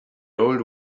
old